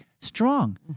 strong